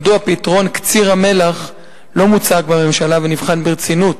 מדוע פתרון קציר המלח לא מוצג בממשלה ונבחן ברצינות